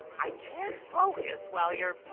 i can't focus while you're